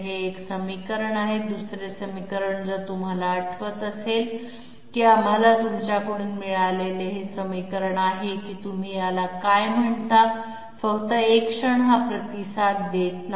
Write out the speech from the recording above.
हे एक समीकरण आहे आणि दुसरे समीकरण जर तुम्हाला आठवत असेल की आम्हाला तुमच्याकडून मिळालेले हे समीकरण आहे की तुम्ही याला काय म्हणता फक्त एक क्षण हा प्रतिसाद देत नाही